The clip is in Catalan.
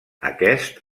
aquest